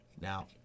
Now